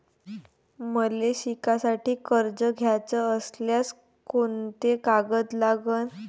मले शिकासाठी कर्ज घ्याचं असल्यास कोंते कागद लागन?